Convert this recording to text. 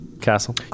castle